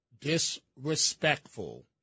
disrespectful